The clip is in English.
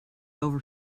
over